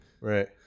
Right